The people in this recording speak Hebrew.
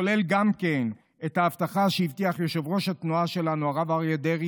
כולל את ההבטחה שהבטיח יושב-ראש התנועה שלנו הרב אריה דרעי